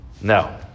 No